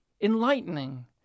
enlightening